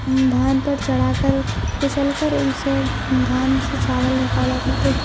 دھان پر چڑھا کر کچل کر اسے دھان سے چاول نکالا کرتے تھے